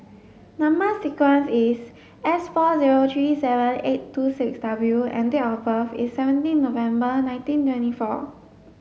number sequence is S four zero three seven eight two six W and date of birth is seventeen November nineteen twenty four